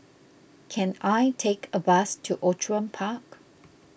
can I take a bus to Outram Park